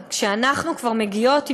כשאנחנו כבר מגיעות",